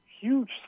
huge